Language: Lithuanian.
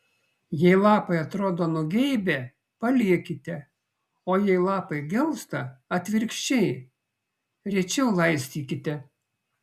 jei lapai atrodo nugeibę paliekite o jei lapai gelsta atvirkščiai rečiau laistykite